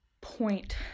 point